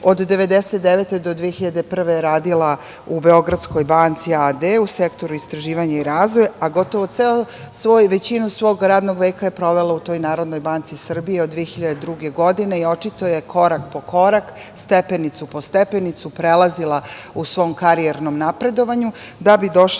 do 2001. godine je radila u Beogradskoj banci a.d. u Sektoru istraživanja i razvoja, a gotovo većinu svog radnog veka je provela u NBS od 2002. godine i očito je korak po korak, stepenicu po stepenicu prelazila u svom karijernom napredovanju